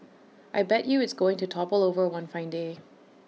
I bet you it's going to topple over one fine day